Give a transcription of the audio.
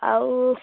ଆଉ